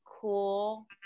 cool